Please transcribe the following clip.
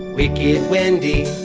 wicked wendy.